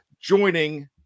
joining